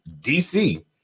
dc